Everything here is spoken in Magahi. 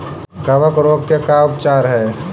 कबक रोग के का उपचार है?